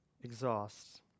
exhausts